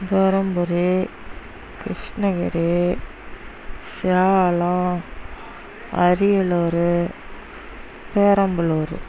Dharmapuri Krishnagiri Salem Ariyalur Perambalur